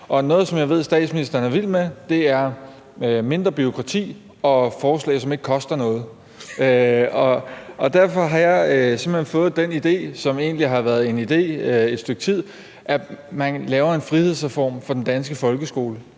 Noget, som jeg ved statsministeren er vild med, er mindre bureaukrati og forslag, som ikke koster noget. Derfor har jeg simpelt hen fået den idé, som egentlig har været en idé et stykke tid, at man laver en frihedsreform for den danske folkeskole.